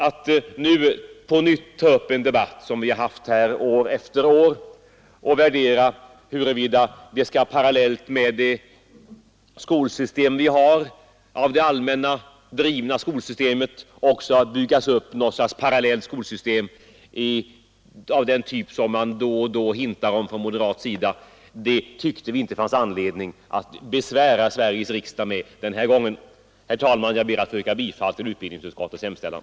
Att nu på nytt ta upp den debatt, som vi fört år efter år, och värdera huruvida det parallellt med det allmänt drivna skolsystem vi har också skall byggas upp något skolsystem av den typ som man då och då ”hintar” om från moderat håll tyckte vi inte att det fanns anledning att besvära Sveriges riksdag med den här gången. Herr talman! Jag ber att få yrka bifall till utskottets hemställan.